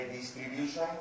distribution